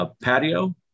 Patio